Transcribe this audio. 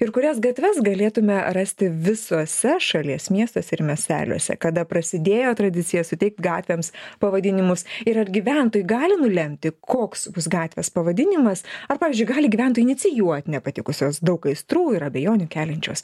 ir kurias gatves galėtume rasti visose šalies miestas ir miesteliuose kada prasidėjo tradicija suteikti gatvėms pavadinimus ir ar gyventojai gali nulemti koks bus gatvės pavadinimas ar pavyzdžiui gali gyventojų inicijuot nepatikusios daug aistrų ir abejonių keliančios